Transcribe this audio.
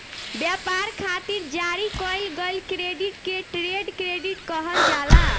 ब्यपार खातिर जारी कईल गईल क्रेडिट के ट्रेड क्रेडिट कहल जाला